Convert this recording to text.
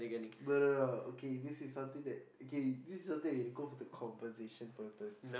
no no no okay this is something that okay this is it something that you go for compensation purpose